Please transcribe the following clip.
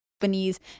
Companies